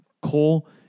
Cole